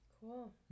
Cool